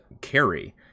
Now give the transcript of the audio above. carry